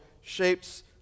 shapes